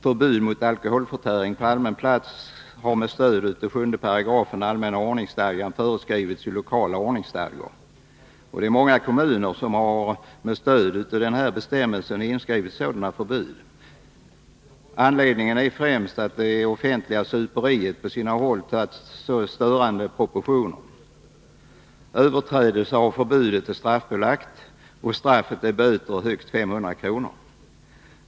Förbud mot alkoholförtäring på allmän plats har med stöd av 7§ allmänna ordningsstadgan föreskrivits i lokala ordningsstadgor. Många kommuner har med stöd av den bestämmelsen inskrivit sådant förbud. Anledningen är främst att det offentliga superiet på sina håll har tagit mycket störande proportioner. Överträdelse av förbudsbestämmelserna är straffbelagd. Straffet är böter, högst 500 kr.